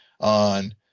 on